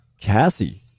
Cassie